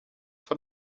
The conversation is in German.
von